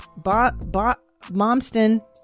Momston